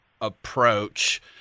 approach